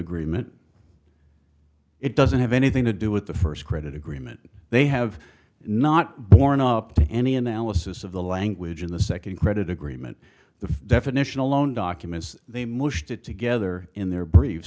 agreement it doesn't have anything to do with the first credit agreement they have not borne up to any analysis of the language in the second credit agreement the definitional loan documents they moved it together in their brief